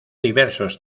diversos